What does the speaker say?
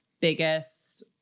biggest